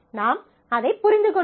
நாம் அதைப் புரிந்து கொண்டோம்